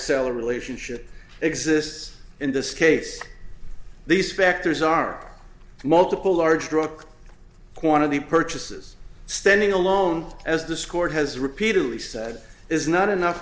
seller relationship exists in this case these factors are multiple large truck quantity purchases standing alone as this court has repeatedly said is not enough